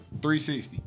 360